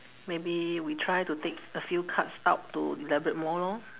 maybe we try to take a few cards out to elaborate more lor